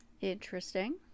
Interesting